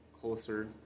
closer